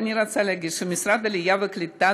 אני רוצה להגיד שמשרד העלייה והקליטה